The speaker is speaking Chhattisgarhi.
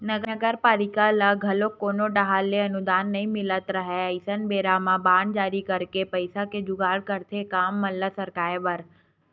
नगरपालिका ल घलो जब कोनो डाहर ले अनुदान नई मिलत राहय अइसन बेरा म बांड जारी करके पइसा के जुगाड़ करथे काम मन ल सरकाय बर